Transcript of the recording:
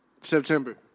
September